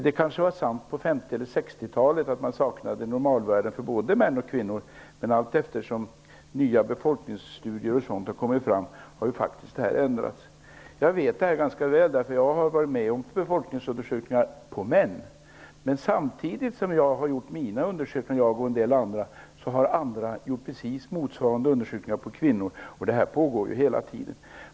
Det kanske var sant på 50 och 60-talen att man saknade normalvärden för både män och kvinnor, men allteftersom nya befolkningsstudier gjorts har detta faktiskt ändrats. Jag känner till detta ganska väl, eftersom jag deltagit i befolkningsundersökningar på män. Men samtidigt som jag och några till gjort dessa undersökningar, har andra gjort precis motsvarande undersökningar på kvinnor. Detta är någonting som pågår hela tiden.